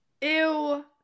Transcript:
Ew